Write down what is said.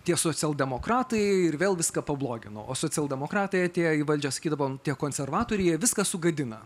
tie socialdemokratai ir vėl viską pablogino o socialdemokratai atėję į valdžią sakydavo tie konservatoriai jie viską sugadina